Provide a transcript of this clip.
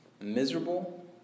Miserable